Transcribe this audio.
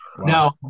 Now